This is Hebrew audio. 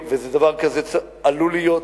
ודבר כזה עלול להיות,